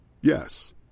Yes